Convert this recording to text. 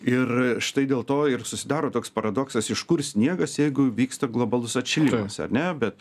ir štai dėl to ir susidaro toks paradoksas iš kur sniegas jeigu vyksta globalus atšilimas ar ne bet